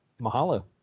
Mahalo